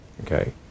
okay